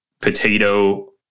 potato